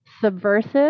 subversive